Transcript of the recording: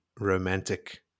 romantic